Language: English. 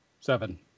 seven